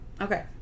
Okay